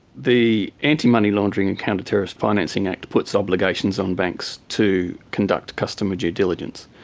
the anti-money laundering and counter-terrorism financing act puts obligations on banks to conduct customer due diligence.